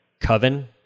coven